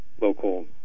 local